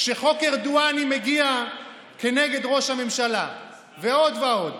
כשחוק ארדואני מגיע כנגד ראש הממשלה ועוד ועוד.